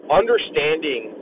understanding